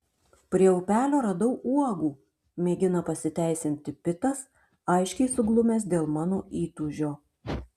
prie upelio radau uogų mėgina pasiteisinti pitas aiškiai suglumęs dėl mano įtūžio